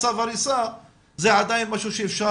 צו הריסה זה עדיין משהו שאפשר,